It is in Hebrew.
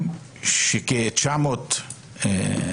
אבי,